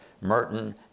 Merton